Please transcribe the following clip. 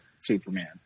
Superman